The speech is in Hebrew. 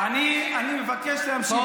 אני מבקש להמשיך.